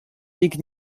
pique